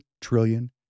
trillion